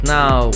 now